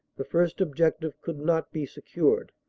the first objective could not be secured,